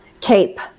cape